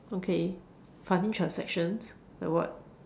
okay funny transactions like what